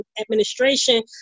administration